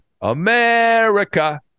America